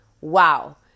Wow